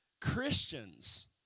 Christians